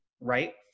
right